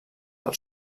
del